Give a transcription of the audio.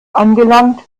angelangt